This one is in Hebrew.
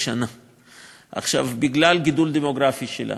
בגלל הגידול הדמוגרפי בה,